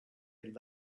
had